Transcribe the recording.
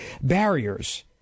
barriers